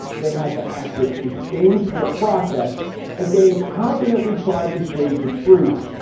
they had to act with disdain for the process as they incompetently tried to shade the truth,